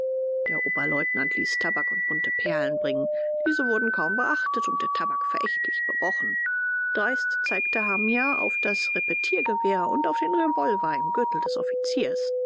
der oberleutnant ließ tabak und bunte perlen bringen diese wurden kaum beachtet und der tabak verächtlich berochen dreist zeigte hamia auf das repetiergewehr und auf den revolver im gürtel des offiziers